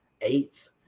eighth